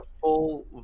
full